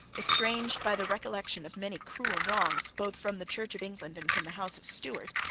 estranged by the recollection of many cruel wrongs both from the church of england and from the house of stuart,